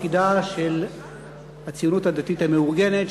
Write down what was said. תפקידה של הציונות הדתית המאורגנת,